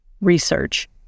research